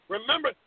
Remember